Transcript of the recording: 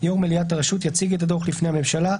יושב-ראש מליאת הרשות יציג את הדוח לפני הממשלה,